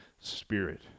Spirit